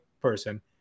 person